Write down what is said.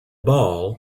ball